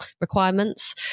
requirements